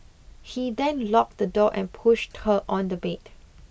he then locked the door and pushed her on the bed